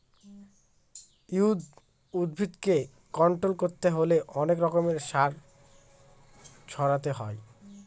weed উদ্ভিদকে control করতে হলে অনেক রকমের সার ছড়াতে হয়